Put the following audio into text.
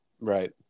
Right